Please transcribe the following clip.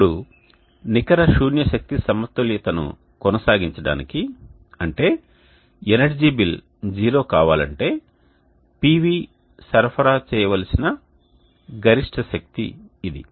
ఇప్పుడు నికర శూన్య శక్తి సమతుల్యతను కొనసాగించడానికి అంటే ఎనర్జీ బిల్ 0 కావాలంటే PV సరఫరా చేయవలసిన గరిష్ట శక్తి ఇది